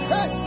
Hey